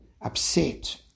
upset